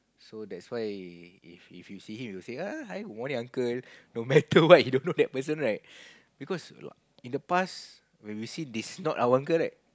so that's why if if you see him you say ah hi good morning uncle no matter what you know that person right because lah in the past when we see this you know it's not our uncle right